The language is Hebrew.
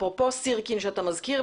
אפרופו סירקין שאתה מזכיר,